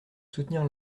soutenir